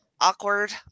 awkward